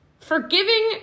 forgiving